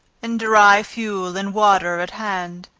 and dry fuel, and water at hand.